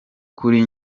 kuri